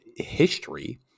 history